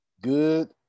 good